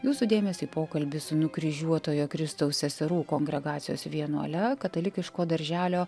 jūsų dėmesiui pokalbis su nukryžiuotojo kristaus seserų kongregacijos vienuole katalikiško darželio